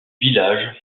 village